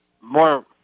more